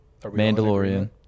Mandalorian